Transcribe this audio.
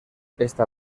esta